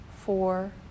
four